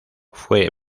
fue